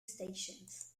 stations